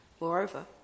Moreover